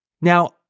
Now